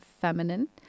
feminine